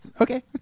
Okay